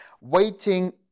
Waiting